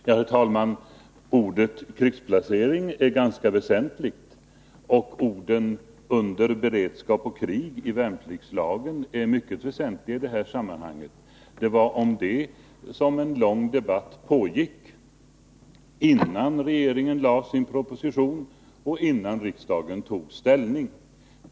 Herr talman! Ordet krigsplacering är ganska väsentligt. och orden under beredskap och krig i värnpliktslagen är mycket väsentliga i detta sammanhang. Det pågick en lång debatt om detta innan regeringen lade fram sin proposition och innan riksdagen tog ställning.